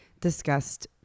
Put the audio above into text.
discussed